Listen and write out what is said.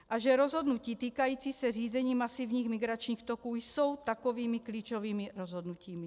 A že rozhodnutí týkající se řízení masivních migračních toků jsou takovými klíčovými rozhodnutími.